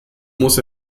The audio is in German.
muss